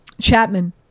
Chapman